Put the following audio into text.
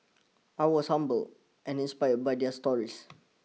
I was humbled and inspired by their stories